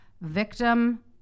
victim